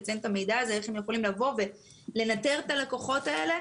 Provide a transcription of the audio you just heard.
איך הם יכולים לנתר את הלקוחות האלה?